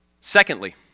Secondly